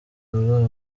rwabo